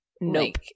Nope